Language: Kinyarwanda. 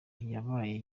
yabaye